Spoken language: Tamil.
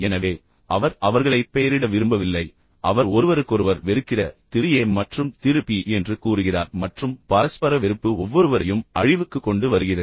எனவே அவர் அவர்களைப் பெயரிட விரும்பவில்லை அவர் ஒருவருக்கொருவர் வெறுக்கிற திரு ஏ மற்றும் திரு பி என்று கூறுகிறார் மற்றும் பரஸ்பர வெறுப்பு ஒவ்வொருவரையும் அழிவுக்கு கொண்டு வருகிறது